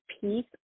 Peace